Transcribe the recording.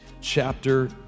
chapter